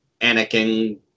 Anakin